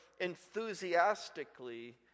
enthusiastically